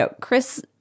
Chris